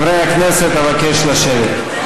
חברי הכנסת, אבקש לשבת.